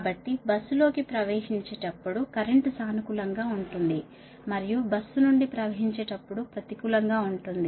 కాబట్టి బస్సులోకి ప్రవహించేటప్పుడు కరెంట్ సానుకూలంగా ఉంటుంది మరియు బస్సు నుండి ప్రవహించేటప్పుడు ప్రతికూలం గా ఉంటుంది